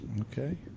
Okay